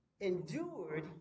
endured